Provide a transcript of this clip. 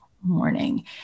morning